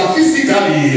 Physically